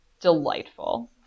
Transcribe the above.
delightful